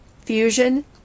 Fusion